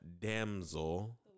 damsel